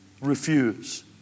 refuse